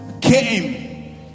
came